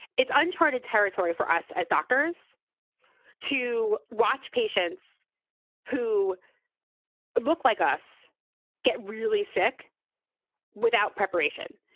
it's uncharted territory for us as doctors to watch patients who look like us get really sick without preparation,